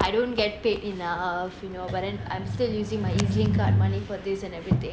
I don't get paid enough you know but then I'm still using my Ezlink card money for this and everything